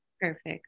Perfect